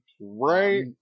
right